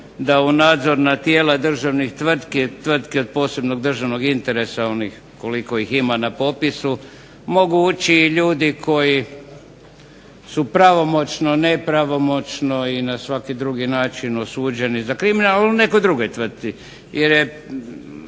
da u nadzorna tijela državnih tvrtki, tvrtki od posebnog državnog interesa onih koliko ih ima na popisu, mogu ući i ljudi koji su pravomoćno, nepravomoćno i na svaki drugi način osuđeni za kriminal u nekoj drugoj tvrtki,